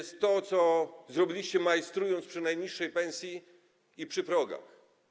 Chodzi o to, co zrobiliście, majstrując przy najniższej pensji i przy progach.